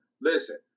Listen